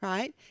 Right